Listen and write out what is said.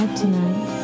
tonight